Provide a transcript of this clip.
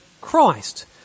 Christ